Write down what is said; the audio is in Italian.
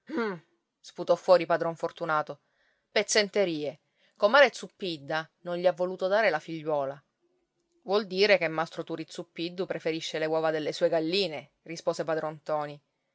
uhm sputò fuori padron fortunato pezzenterie comare zuppidda non gli ha voluto dare la figliuola vuol dire che mastro turi zuppiddu preferisce le uova delle sue galline rispose padron ntoni